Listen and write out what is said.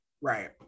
Right